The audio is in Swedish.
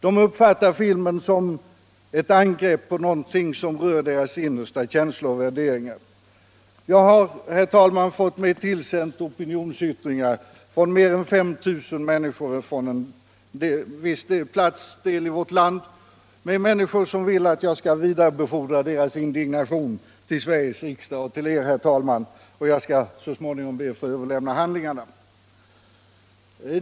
De uppfattar filmen som ett angrepp på någonting som rör deras innersta känslor och värderingar. Jag har, herr talman, fått mig tillsända opinionsyttringar från mer än 5 000 människor i en viss del av vårt land. Det är människor som vill att jag skall vidarebefordra deras indignation till Sveriges riksdag och till er, herr talman. Jag skall så småningom be att få överlämna handlingarna.